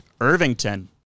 Irvington